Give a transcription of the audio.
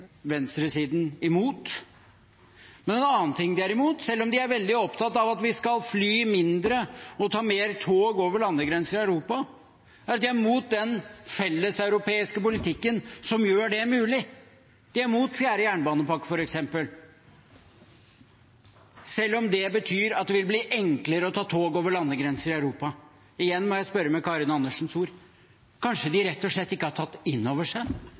venstresiden imot. En annen ting de er imot selv om de er veldig opptatt av at vi skal fly mindre og ta mer tog over landegrensene i Europa, er den felleseuropeiske politikken som gjør det mulig. De er imot fjerde jernbanepakke, f.eks., selv om det betyr at det vil bli enklere å ta tog over landegrenser i Europa. Igjen må jeg spørre med Karin Andersens ord: Kanskje de rett og slett ikke har tatt inn over seg